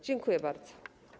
Dziękuję bardzo.